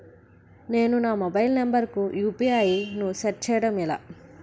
నేను నా mobile number కుయు.పి.ఐ ను సెట్ చేయడం ఎలా?